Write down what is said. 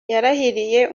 yarahiriye